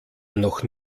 noch